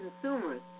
consumers